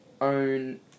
own